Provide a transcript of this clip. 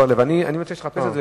אני מציע שתחפש את זה.